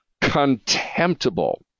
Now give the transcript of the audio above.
Contemptible